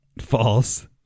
False